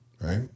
Right